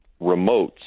remotes